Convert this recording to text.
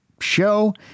show